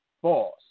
force